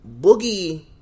Boogie